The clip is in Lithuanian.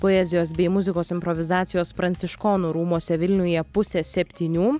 poezijos bei muzikos improvizacijos pranciškonų rūmuose vilniuje pusę septynių